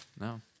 No